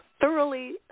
thoroughly